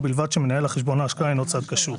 ובלבד שמנהל חשבון ההשקעה אינו צד קשור.